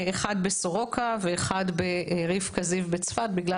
אחד ב"סורוקה" ואחד ב"רבקה זיו" בצפת בגלל